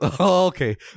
Okay